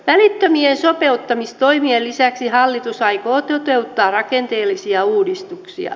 välittömien sopeuttamistoimien lisäksi hallitus aikoo toteuttaa rakenteellisia uudistuksia